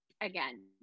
again